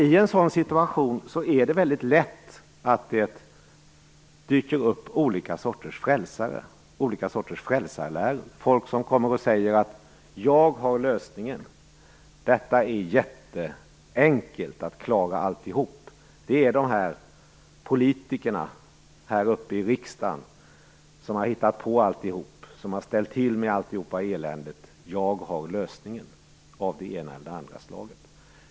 I en sådan situation är det väldigt lätt att det dyker upp olika sorters frälsare och frälsarläror, folk som kommer och säger: Jag har lösningen. Det är jätteenkelt att klara alltihop. Det är de där politikerna uppe i riksdagen som har hittat på alltihop, som har ställt till med allt elände. Jag har lösningen - av det ena eller andra slaget.